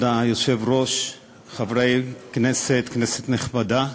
כבוד היושב-ראש, חברי כנסת, כנסת נכבדה,